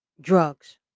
drugs